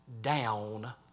down